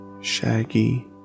shaggy